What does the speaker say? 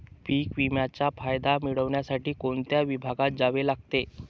पीक विम्याचा फायदा मिळविण्यासाठी कोणत्या विभागात जावे लागते?